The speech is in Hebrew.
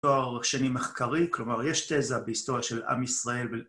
תואר שני מחקרי, כלומר יש תזה בהיסטוריה של עם ישראל